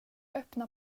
öppna